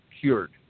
cured